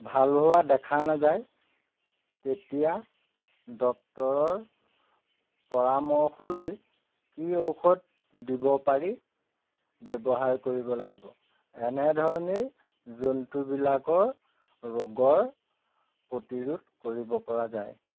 ভাল হোৱা দেখা নাযায় তেতিয়া ডক্তৰৰ পৰামৰ্শ লৈ কি ঔষধ দিব পাৰি ব্যৱহাৰ কৰিব লাগিব এনেধৰণেই জন্তুবিলাকৰ ৰোগৰ প্ৰতিৰোধ কৰিব পৰা যায়